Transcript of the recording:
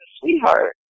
sweetheart